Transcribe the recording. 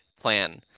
plan